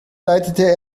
leitete